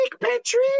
Patrick